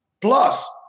Plus